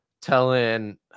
telling